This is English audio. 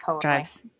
drives